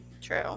True